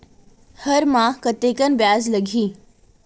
हर माह कतेकन ब्याज लगही?